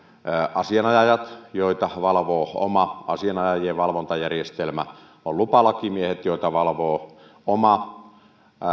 asianajajat joita valvoo oma asianajajien valvontajärjestelmä on lupalakimiehet joita valvoo oma